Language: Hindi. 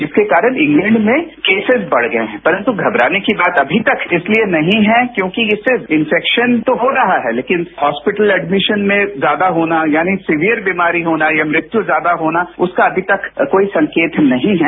इसके कारण इंग्लैंड में केसेज बढ़ गए हैं परंतु घबराने की बात अभी तक इसलिए नहीं है क्योंकि इससे इन्फैक्शन तो हो रहा है लेकिन हॉस्पिटल एडमीशन में ज्यादा होना यानी सीवियर बीमारी होना या मृत्यु ज्यादा होना उसका अभी तक कोई संकेत नहीं है